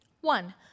One